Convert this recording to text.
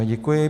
Děkuji.